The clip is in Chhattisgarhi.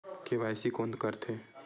के.वाई.सी कोन करथे?